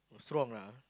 strong lah